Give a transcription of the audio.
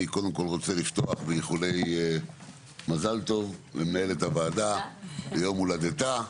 אני קודם כל רוצה לפתוח באיחולי מזל טוב למנהלת הוועדה ליום הולדתה.